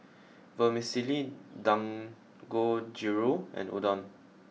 Vermicelli Dangojiru and Udon